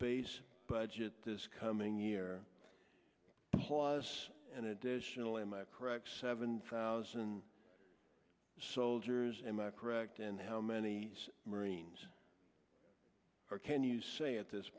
base budget this coming year plus an additional am i correct seven thousand soldiers am i correct and how many marines are can you say at this